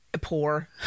poor